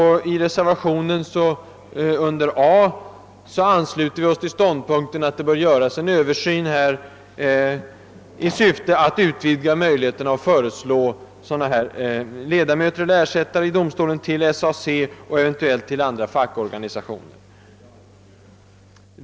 I reservationen under A ansluter vi oss till den ståndpunkten att en översyn bör göras i syfte att utvidga möjligheterna att föreslå sådan ersättare från SAC och eventuellt även från andra fackorganisationer.